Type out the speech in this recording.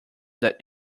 that